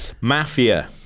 Mafia